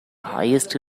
highest